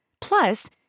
Plus